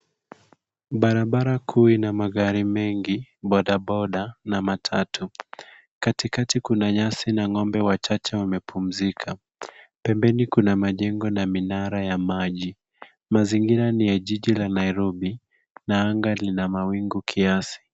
Barabara kuu ina magari mengi, bodaboda na matatu. Katikati kuna nyasi na ng'ombe wachache wamepumzika. Pembeni kuna majengo na minara ya maji. Mazingira ni ya jiji la Nairobi, na anga lina mawingu kiasi.